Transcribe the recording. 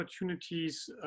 opportunities